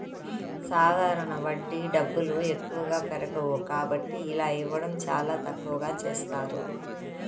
సాధారణ వడ్డీ డబ్బులు ఎక్కువగా పెరగవు కాబట్టి ఇలా ఇవ్వడం చాలా తక్కువగా చేస్తారు